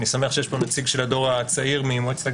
אני שמח שיש פה נציגות של הדור הצעיר ממועצת